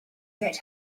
get